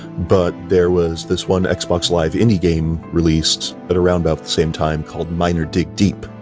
but there was this one xbox live indie game released at around about the same time called miner dig deep.